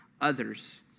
others